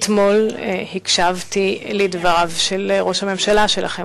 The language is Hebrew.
אתמול הקשבתי לדבריו של ראש הממשלה שלכם.